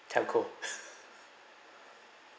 telco